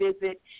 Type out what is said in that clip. visit